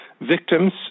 victims